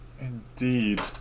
indeed